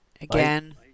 again